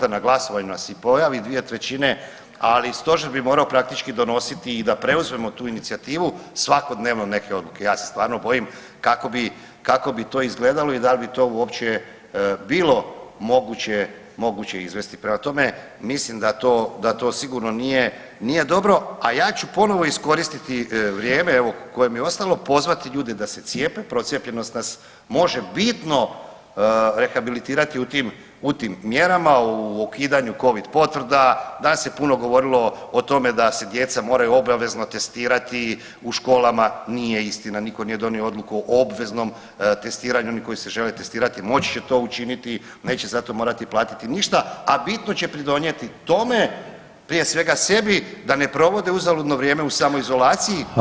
3, ali Stožer bi morao praktički donositi i da preuzmemo tu inicijativu svakodnevno neke odluke, ja se stvarno bojim kako bi to izgledalo i da li bi to uopće moguće izvesti, prema tome, mislim da to sigurno nije dobro, a ja ću ponovo iskoristiti vrijeme, evo, koje mi je ostalo, pozvati ljude da se cijepe, procijepljenost nas može bitno rehabilitirati u tim mjerama, u ukidanju Covid potvrda, se puno govorilo o tome da se djeca moraju obavezno testirati u školama, nije istina, nitko nije donio odluku o obveznom testiranju, oni koji se žele testirati, moći će to učiniti, neće zato morati platiti ništa, a bitno će pridonijeti tome, prije svega sebi, da ne provode uzaludno vrijeme u samoizolaciji